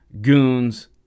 goons